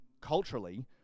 culturally